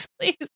please